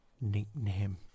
nickname